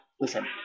listen